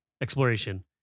exploration